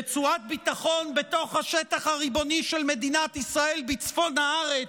רצועת ביטחון בתוך השטח הריבוני של מדינת ישראל בצפון הארץ,